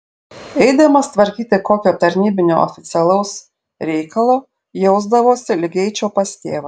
eidamas tvarkyti kokio tarnybinio oficialaus reikalo jausdavausi lyg eičiau pas tėvą